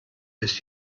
ist